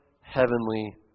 heavenly